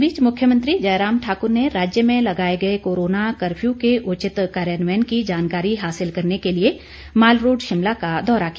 इस बीच मुख्यमंत्री जयराम ठाकुर ने राज्य में लगाए गए कोरोना कर्फ्यू के उचित कार्यान्वयन की जानकारी हासिल करने के लिए माल रोड शिमला का दौरा किया